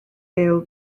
bêl